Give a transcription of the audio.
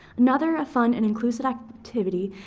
another ah fun and inclusive activity,